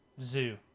Zoo